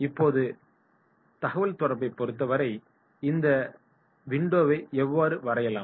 இப்போது தகவல்தொடர்புகளைப் பொருத்தவரை இந்த விண்டோவை எவ்வாறு வரையலாம்